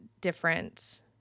different